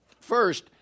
First